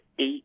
eight